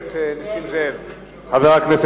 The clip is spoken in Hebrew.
הכנסת נסים זאב,